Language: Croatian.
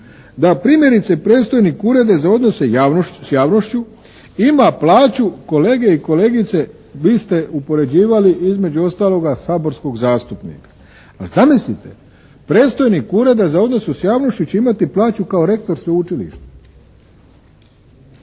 da primjerice predstojnik Ureda za odnose s javnošću ima plaću kolege i kolegice, vi ste uspoređivali između ostaloga saborskoga zastupnika. Ali zamislite, predstojnik Ureda za odnose sa javnošću će imati plaću kao rektor sveučilišta.